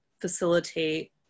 facilitate